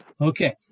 Okay